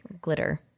glitter